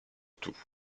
tout